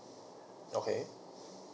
okay